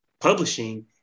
publishing